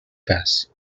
cas